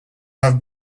have